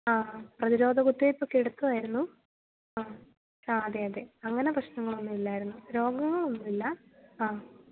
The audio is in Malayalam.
ആ പ്രതിരോധകുത്തിവെപ്പൊക്കെ എടുത്തതായിരുന്നു അ അതെ അതെ അങ്ങനെ പ്രശ്നങ്ങളൊന്നുമില്ലായിരുന്നു രോഗങ്ങളുമൊന്നുമില്ല ആ